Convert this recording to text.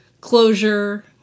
closure